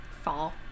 fall